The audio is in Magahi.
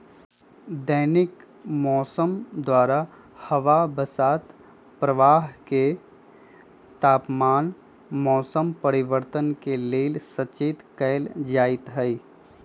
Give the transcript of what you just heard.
दैनिक मौसम द्वारा हवा बसात प्रवाह आ तापमान मौसम परिवर्तन के लेल सचेत कएल जाइत हइ